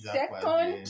second